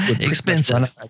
expensive